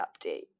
update